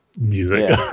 music